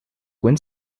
gwen